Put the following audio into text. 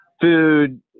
food